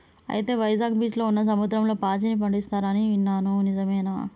అయితే వైజాగ్ బీచ్లో ఉన్న సముద్రంలో పాచిని పండిస్తారు అని ఇన్నాను నిజమేనా